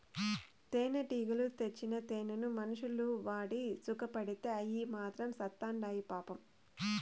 తేనెటీగలు తెచ్చిన తేనెను మనుషులు వాడి సుకపడితే అయ్యి మాత్రం సత్చాండాయి పాపం